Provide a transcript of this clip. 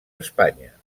espanya